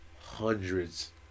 hundreds